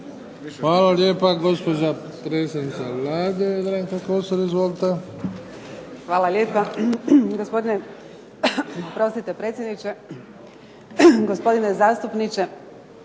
Hvala lijepa gospodine predsjedniče, gospodine zastupniče,